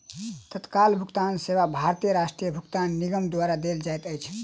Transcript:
तत्काल भुगतान सेवा भारतीय राष्ट्रीय भुगतान निगम द्वारा देल जाइत अछि